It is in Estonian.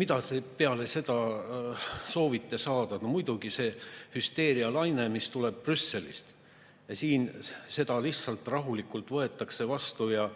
Mida te peale seda soovite saada? No muidugi, see hüsteerialaine, mis tuleb Brüsselist, ja siin see lihtsalt rahulikult võetakse vastu ja